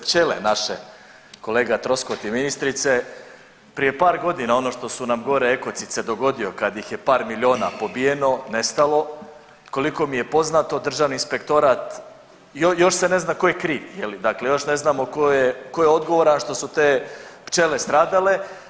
Pčele naše kolega Troskot i ministrice, prije par godina ono što su nam gore ekocid se dogodio kad ih je par milijuna pobijeno, nestalo, koliko mi je poznato državni inspektor, još se ne zna ko je kriv je li, dakle još ne znamo ko je, ko je odgovoran što su te pčele stradale.